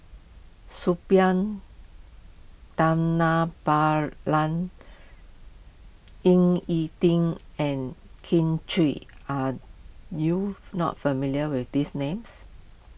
Suppiah Dhanabalan Ying E Ding and Kin Chui are you not familiar with these names